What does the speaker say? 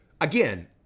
again